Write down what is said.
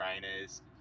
trainers